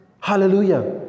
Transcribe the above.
hallelujah